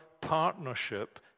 partnership